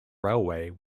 railway